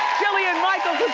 jillian michaels